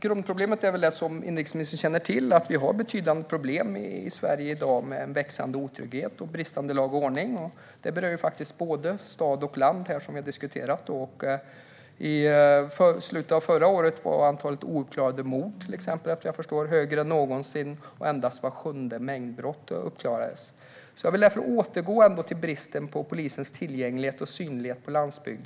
Grundproblemet är, som inrikesministern känner till, att vi i Sverige i dag har betydande problem med en växande otrygghet och bristande lag och ordning. Som vi har diskuterat berör detta både stad och land. Till exempel var antalet ouppklarade mord i slutet av förra året högre än någonsin, vad jag förstår, och endast var sjunde mängdbrott klarades upp. Jag vill därför återgå till bristerna i polisens tillgänglighet och synlighet på landsbygden.